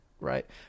right